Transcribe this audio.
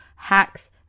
hacks